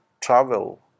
travel